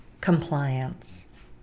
Compliance